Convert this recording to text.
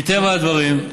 מטבע הדברים,